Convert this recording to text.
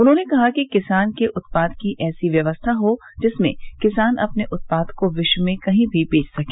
उन्होंने कहा कि किसान के उत्पाद की ऐसी व्यवस्था हो जिसमें किसान अपने उत्पाद को विश्व में कही भी बेच सके